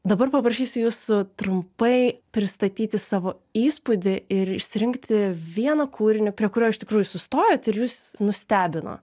dabar paprašysiu jūsų trumpai pristatyti savo įspūdį ir išsirinkti vieną kūrinį prie kurio iš tikrųjų sustojot ir jus nustebino